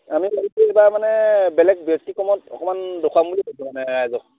মানে বেলেগ ব্যতিক্ৰমত অকণমান দেখুৱাম বুলি ভাবিছোঁ মানে ৰাইজক